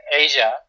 Asia